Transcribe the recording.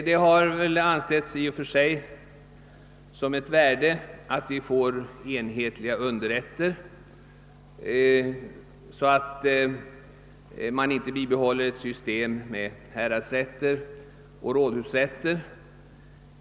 Det har i och för sig ansetts vara av värde att få enhetliga underrätter och att inte bibehålla systemet med häradsrätter och rådhusrätter.